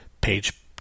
Page